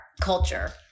culture